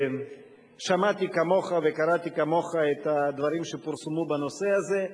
שמעתי כמוך וקראתי כמוך את הדברים שפורסמו בנושא הזה.